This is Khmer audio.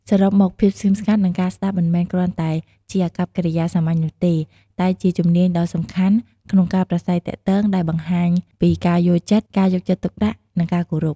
សរុបមក ភាពស្ងៀមស្ងាត់ និងការស្តាប់មិនមែនគ្រាន់តែជាអាកប្បកិរិយាសាមញ្ញនោះទេ តែជាជំនាញដ៏សំខាន់ក្នុងការប្រាស្រ័យទាក់ទង ដែលបង្ហាញពី ការយល់ចិត្ត ការយកចិត្តទុកដាក់ និងការគោរព។